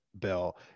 bill